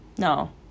No